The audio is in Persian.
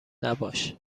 نباش